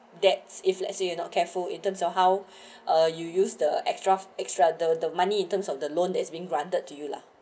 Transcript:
debts if let's say you are not careful in terms of how you use the extra extra the money in terms of the loan that is being granted to you lah